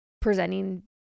presenting